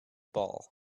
ball